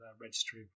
registry